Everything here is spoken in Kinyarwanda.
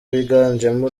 biganjemo